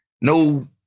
no